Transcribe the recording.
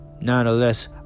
Nonetheless